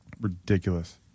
ridiculous